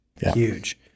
Huge